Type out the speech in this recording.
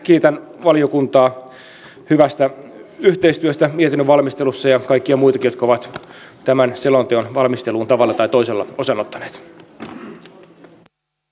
kiitän valiokuntaa hyvästä yhteistyöstä mietinnön valmistelussa ja kaikkia muitakin jotka ovat tämän selonteon valmisteluun tavalla tai toisella osaa ottaneet